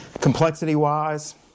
Complexity-wise